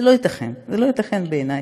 זה לא ייתכן, זה לא ייתכן, בעיניי,